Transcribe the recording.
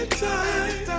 time